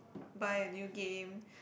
buy a new game